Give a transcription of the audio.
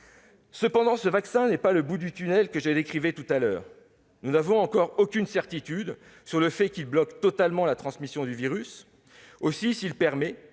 Cependant, ce vaccin n'est pas le bout du tunnel que je décrivais tout à l'heure. Nous n'avons encore aucune certitude sur le fait qu'il bloque totalement la transmission du virus. Aussi, s'il permet,